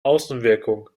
außenwirkung